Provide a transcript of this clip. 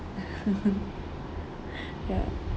ya